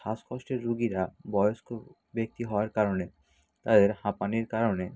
শ্বাসকষ্টের রুগীরা বয়স্ক ব্যক্তি হওয়ার কারণে তাদের হাঁপানির কারণে